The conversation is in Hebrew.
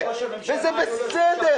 וזה בסדר.